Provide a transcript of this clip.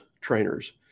trainers